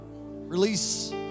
release